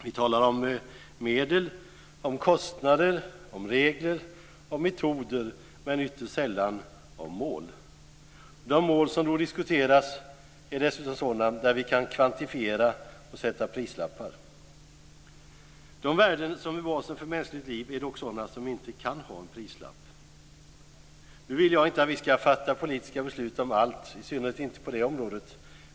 Vi talar om medel, om kostnader, om regler och om metoder - men ytterst sällan om mål. De mål som diskuteras är dessutom sådana där vi kan kvantifiera och sätta prislappar. De värden som är basen för mänskligt liv är dock sådana som inte kan ha en prislapp. Nu vill jag inte att vi ska fatta politiska beslut om allt, i synnerhet inte på det området.